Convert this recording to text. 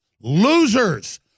losers